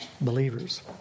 believers